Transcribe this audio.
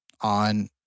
on